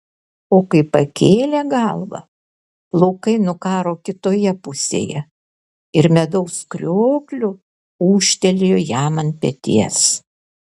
o kai pakėlė galvą plaukai nukaro kitoje pusėje ir medaus kriokliu ūžtelėjo jam ant peties